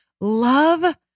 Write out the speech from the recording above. love